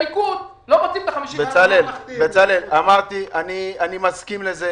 הוא אמר לי: "הבטחת שלא תבקש את זה יותר".